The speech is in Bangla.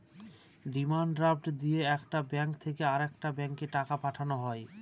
ডিমান্ড ড্রাফট দিয়ে একটা ব্যাঙ্ক থেকে আরেকটা ব্যাঙ্কে টাকা পাঠানো হয়